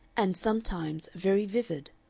and sometimes very vivid.